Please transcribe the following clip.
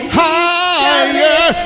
higher